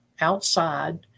outside